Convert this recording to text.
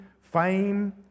fame